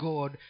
God